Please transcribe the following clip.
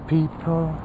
People